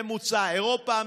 ממוצע אירופה,